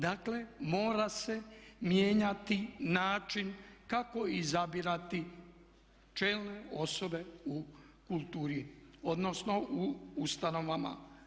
Dakle, mora se mijenjati način kako izabirati čelne osobe u kulturi odnosno u ustanovama.